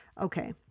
Okay